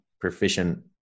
proficient